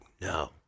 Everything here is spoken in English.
no